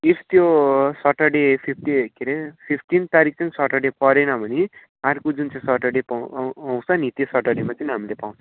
if त्यो Saturday fifty के अरे फिफ्टिन तारिक चाहिँ सेटरडे परेन भने अर्को जुन सेटरडे पा आउँ आउँछ नि त्यो सेटरडेमा चाहिँ हामीले पाउँछौँ